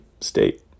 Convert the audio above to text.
state